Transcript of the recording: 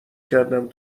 کردم